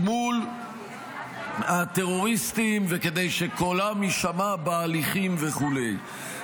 מול הטרוריסטים וכדי שקולם יישמע בהליכים וכו'.